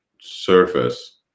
surface